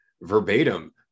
verbatim